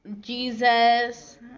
Jesus